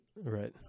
Right